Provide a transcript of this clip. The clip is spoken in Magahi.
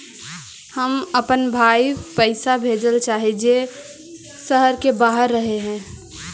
हम अपन भाई पैसा भेजल चाह हीं जे शहर के बाहर रह हे